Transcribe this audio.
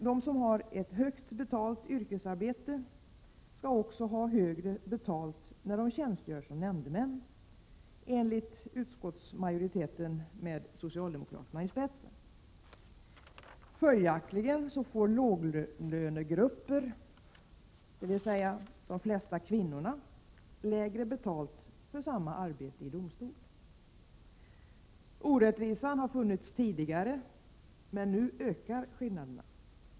De som har ett högt betalt yrkesarbete skall också ha högre betalt när de tjänstgör som nämndemän, enligt utskottsmajoriteten med socialdemokraterna i spetsen. Följaktligen får låglönegrupper, dvs. de flesta kvinnor, lägre betalt för samma arbete i domstol. Orättvisan har funnits tidigare men nu ökar skillnaderna.